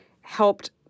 helped